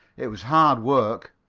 it was hard work,